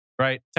Right